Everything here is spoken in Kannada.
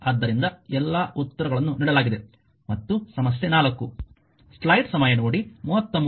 ಆದ್ದರಿಂದ ಎಲ್ಲಾ ಉತ್ತರಗಳನ್ನು ನೀಡಲಾಗಿದೆ ಮತ್ತು ಸಮಸ್ಯೆ 4